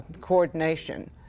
coordination